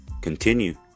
Continue